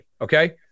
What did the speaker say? Okay